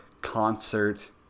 concert